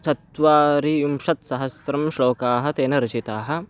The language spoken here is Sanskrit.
चत्वारिविंशत्सहस्रं श्लोकाः तेन रचिताः